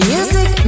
Music